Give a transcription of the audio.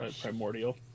Primordial